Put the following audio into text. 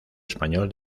español